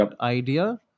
idea